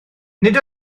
nid